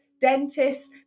dentists